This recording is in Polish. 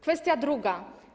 Kwestia druga.